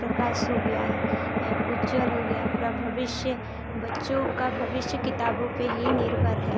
प्रकास हो गया है है उज्ज्वल हो गया है प्र भविष्य बच्चों का भविष्य किताबों पर ही निर्भर है